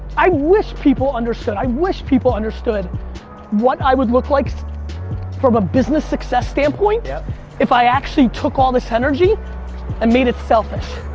i wish people understood. i wish people understood what i would look like from a business success standpoint if i actually took all this energy and made it selfish.